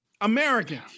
Americans